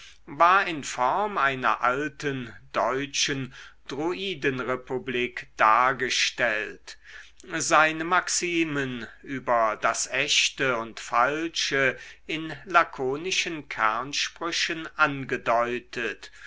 war in form einer alten deutschen druidenrepublik dargestellt seine maximen über das echte und falsche in lakonischen kernsprüchen angedeutet